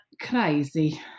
crazy